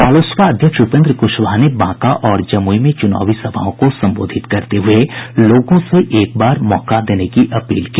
रालोसपा अध्यक्ष उपेन्द्र कुशवाहा ने बांका और जमुई में चुनावी सभाओं को संबोधित करते हुये लोगों से एक बार मौका देने की अपील की